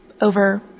over